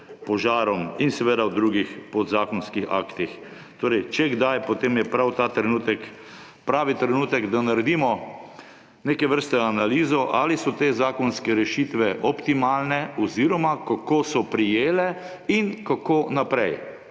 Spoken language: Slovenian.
požarom in seveda o drugih podzakonskih aktih. Če kdaj, potem je prav ta trenutek pravi trenutek, da naredimo neke vrste analizo, ali so te zakonske rešitve optimalne oziroma kako so prijele in kako naprej.